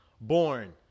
born